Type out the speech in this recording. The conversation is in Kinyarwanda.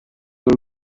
uru